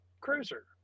Cruiser